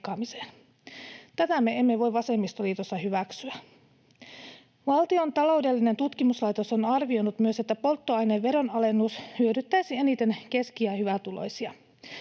Tätä me emme voi vasemmistoliitossa hyväksyä. Valtion taloudellinen tutkimuslaitos on arvioinut myös, että polttoaineveron alennus hyödyttäisi eniten keski- ja hyvätuloisia.